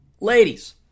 Ladies